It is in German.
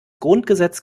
grundgesetz